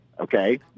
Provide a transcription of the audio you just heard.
Okay